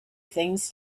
things